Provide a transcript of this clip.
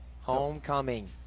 Homecoming